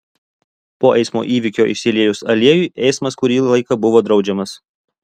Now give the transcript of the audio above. po eismo įvykio išsiliejus aliejui eismas kurį laiką buvo draudžiamas